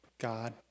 God